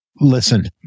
listen